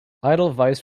edelweiss